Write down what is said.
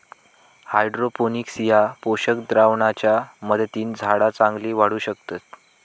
hydroponics ह्या पोषक द्रावणाच्या मदतीन झाडा चांगली वाढू शकतत